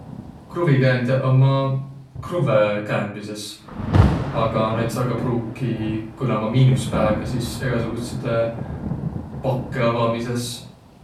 Kruvvikäändjäq ummaq kruvvõ käändmises. Aga naid saa ka pruukiq, ku näq ummaq miinus pääga, sis egäsugutsidõ pakkõ avamisõs